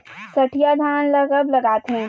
सठिया धान ला कब लगाथें?